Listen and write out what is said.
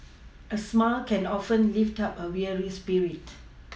a smile can often lift up a weary spirit